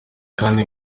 kandi